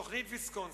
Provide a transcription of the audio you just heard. תוכנית ויסקונסין,